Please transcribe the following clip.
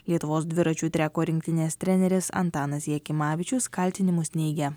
lietuvos dviračių treko rinktinės treneris antanas jakimavičius kaltinimus neigia